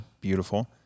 beautiful